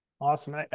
Awesome